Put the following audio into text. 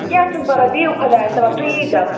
کیٚنٛہہ چھُنہٕ پرواے بِہِو خۄدایَس حوال تُہۍ ییٖزیٚو